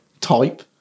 type